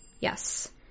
Yes